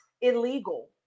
illegal